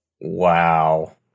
Wow